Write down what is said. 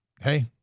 Hey